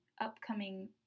upcoming